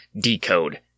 decode